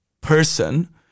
person